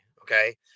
okay